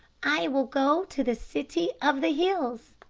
i will go to the city of the hills,